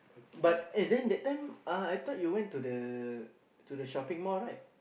but eh then that then uh at time I thought you went to the to the shopping mall right